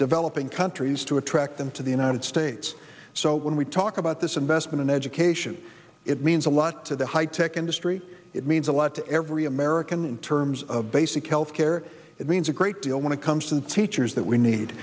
developing countries to attract them to the united states so when we talk about this investment in education it means a lot to the high tech industry it means a lot to every american terms of basic health care it means a great deal when it comes to the teachers that we need